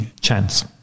chance